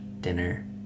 dinner